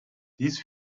dies